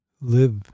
live